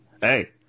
hey